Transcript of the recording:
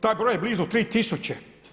Taj broj je blizu 3000.